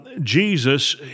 Jesus